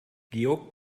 georg